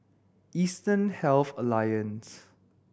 Eastern Health Alliance